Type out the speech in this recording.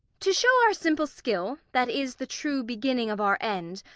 to show our simple skill, that is the true beginning of our end.